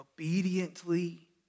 Obediently